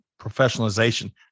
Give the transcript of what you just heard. professionalization